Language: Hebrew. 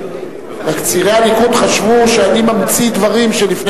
צעירי הליכוד חשבו שאני ממציא דברים שלפני